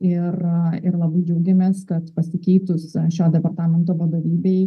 ir ir labai džiaugiamės kad pasikeitus šio departamento vadovybei